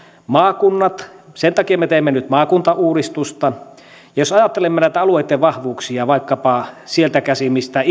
maakunnat sen takia me teemme nyt maakuntauudistusta jos ajattelemme näitten alueitten vahvuuksia vaikkapa sieltä käsin mistä